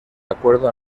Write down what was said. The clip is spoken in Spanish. acuerdo